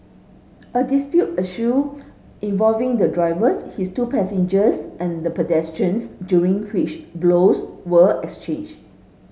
a dispute ensued involving the drivers his two passengers and the pedestrians during which blows were exchanged